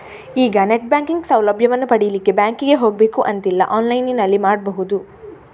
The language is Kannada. ಈಗ ನೆಟ್ ಬ್ಯಾಂಕಿಂಗ್ ಸೌಲಭ್ಯವನ್ನು ಪಡೀಲಿಕ್ಕೆ ಬ್ಯಾಂಕಿಗೆ ಹೋಗ್ಬೇಕು ಅಂತಿಲ್ಲ ಆನ್ಲೈನಿನಲ್ಲಿ ಮಾಡ್ಬಹುದು